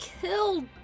killed